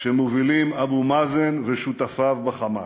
שמובילים אבו מאזן ושותפיו ב"חמאס".